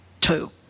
two